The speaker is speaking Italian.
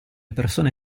persone